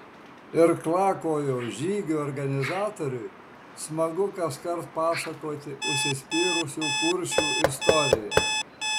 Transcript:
irklakojo žygių organizatoriui smagu kaskart pasakoti užsispyrusių kuršių istoriją